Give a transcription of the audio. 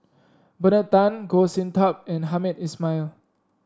Bernard Tan Goh Sin Tub and Hamed Ismail